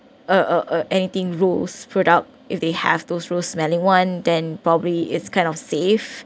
uh uh anything rose product if they have those rose smelling one then probably it's kind of safe